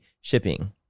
shipping